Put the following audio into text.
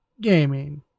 gaming